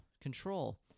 control